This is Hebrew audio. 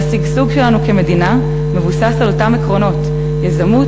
והשגשוג שלנו כמדינה מבוסס על אותם עקרונות: יזמות,